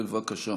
בבקשה.